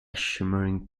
shimmering